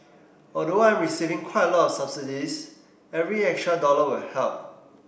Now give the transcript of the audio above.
although I'm receiving quite a lot subsidies every extra dollar will help